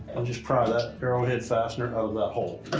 and just pry that arrowhead fastener out of that hole.